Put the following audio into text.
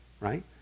right